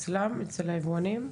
נשאר אצל היבואנים?